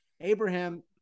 Abraham